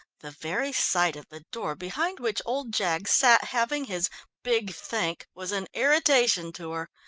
the very sight of the door behind which old jaggs sat having his big think was an irritation to her.